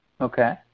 Okay